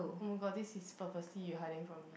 oh my god this is purposely you hiding from me